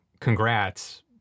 congrats